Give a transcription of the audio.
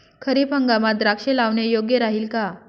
खरीप हंगामात द्राक्षे लावणे योग्य राहिल का?